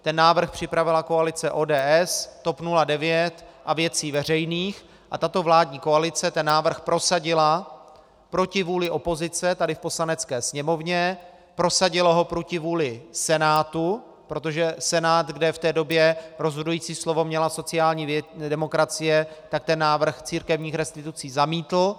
Ten návrh připravila koalice ODS, TOP 09 a Věcí veřejných a tato vládní koalice návrh prosadila proti vůli opozice tady v Poslanecké sněmovně, prosadila ho proti vůli Senátu, protože Senát, kde v té době rozhodující slovo měla sociální demokracie, návrh církevních restitucí zamítl.